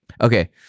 Okay